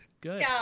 good